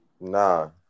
Nah